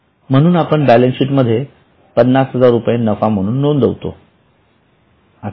म्हणून आपण balance sheet मध्ये 50 हजार रुपये नफा म्हणून नोंदवतो